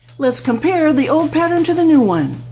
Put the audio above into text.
let's compare the old pattern to the new one.